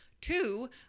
two